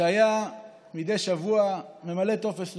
שהיה מדי שבוע ממלא טופס לוטו,